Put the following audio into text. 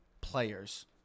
players